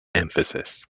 emphasis